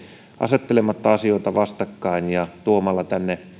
asettelematta asioita vastakkain ja tuotaisiin tänne